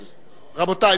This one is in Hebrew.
רבותי,